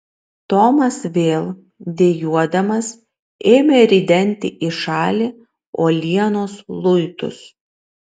tomas vėl dejuodamas ėmė ridenti į šalį uolienos luitus